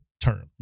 term